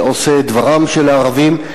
שעושה דברם של הערבים,